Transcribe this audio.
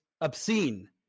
obscene